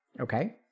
Okay